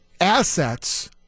Assets